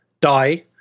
die